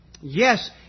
Yes